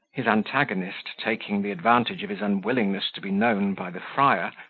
his antagonist, taking the advantage of his unwillingness to be known by the friar,